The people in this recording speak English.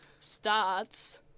starts